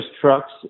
trucks